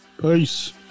peace